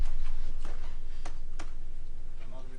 גם הזרים וגם האזרחים או התושבים,